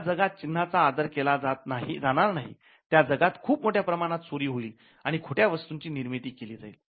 ज्या जगात चिन्हचा आदर केला जाणार नाही त्या जगात खूप मोठ्या प्रमाणात चोरी होईल आणि खोट्या वस्तूची निर्मिती केली जाईल